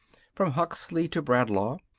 from huxley to bradlaugh,